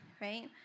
right